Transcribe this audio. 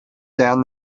down